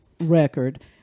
Record